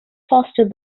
fostered